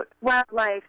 wildlife